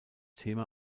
thema